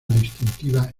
distintiva